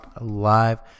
Live